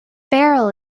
barrel